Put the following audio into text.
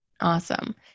Awesome